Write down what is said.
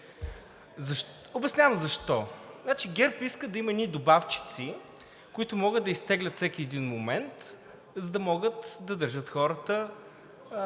Обяснявам защо. Значи, ГЕРБ иска да има едни добавчици, които могат да изтеглят всеки един момент, за да могат да държат хората